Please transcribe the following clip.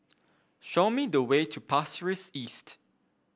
show me the way to Pasir Ris East